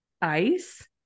ice